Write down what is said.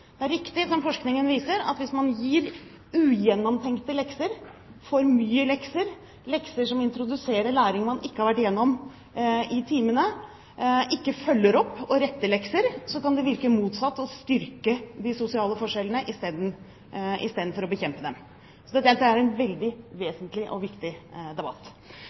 Det er riktig som forskningen viser, at hvis man gir ugjennomtenkte lekser, for mye lekser, lekser som introduserer læring man ikke har vært igjennom i timene, eller ikke følger opp og retter lekser, kan det virke motsatt og styrke de sosiale forskjellene istedenfor å bekjempe dem. Dette er en veldig vesentlig og viktig debatt.